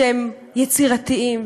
שהם יצירתיים,